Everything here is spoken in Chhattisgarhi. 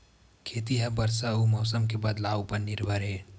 खेती हा बरसा अउ मौसम के बदलाव उपर निर्भर हे